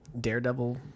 Daredevil